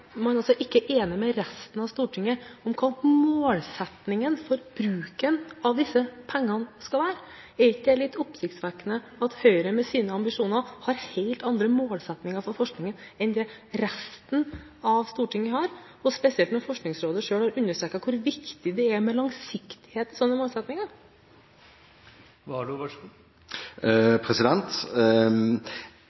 man er altså ikke enig med resten av Stortinget om hva målsettingen for bruken av disse pengene skal være. Er det ikke litt oppsiktsvekkende at Høyre med sine ambisjoner har helt andre målsettinger for forskningen enn det resten av Stortinget har, og spesielt når Forskningsrådet selv har understreket hvor viktig det er med langsiktighet i slike målsettinger?